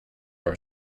our